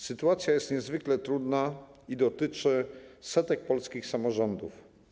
Sytuacja jest niezwykle trudna i dotyczy setek polskich samorządów.